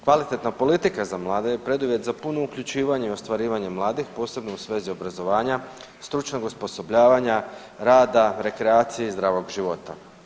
Kvalitetna politika za mlade je preduvjet za punu uključivanje i ostvarivanje mladih posebno u svezi obrazovanja, stručnog osposobljavanja, rada, rekreacije i zdravog života.